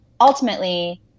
ultimately